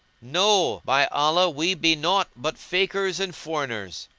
no, by allah, we be naught but fakirs and foreigners.